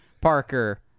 Parker